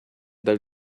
dal